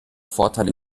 vorteile